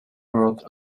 worth